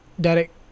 Direct